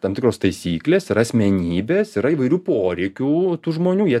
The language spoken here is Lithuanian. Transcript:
tam tikros taisyklės yra asmenybės yra įvairių poreikių tų žmonių jie